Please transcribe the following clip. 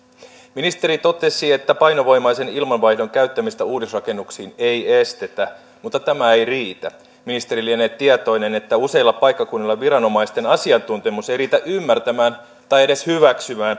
ministeri totesi että painovoimaisen ilmanvaihdon käyttämistä uudisrakennuksiin ei estetä mutta tämä ei riitä ministeri lienee tietoinen että useilla paikkakunnilla viranomaisten asiantuntemus ei riitä ymmärtämään tai edes hyväksymään